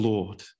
Lord